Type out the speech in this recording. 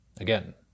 Again